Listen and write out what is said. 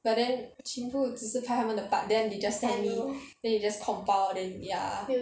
but then 全部只是拍他们的 part then they just send in then they just compile then ya